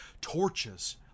torches